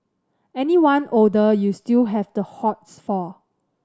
anyone older you still have the hots for